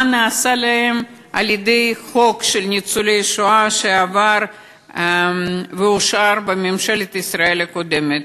נעשה להם בעקבות החוק לניצולי שואה שעבר ואושר בממשלת ישראל הקודמת.